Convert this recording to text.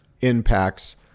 impacts